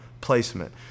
placement